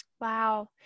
Wow